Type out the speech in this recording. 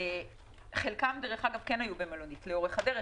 חלקם היו במלונית לאורך הדרך,